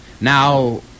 Now